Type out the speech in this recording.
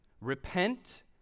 repent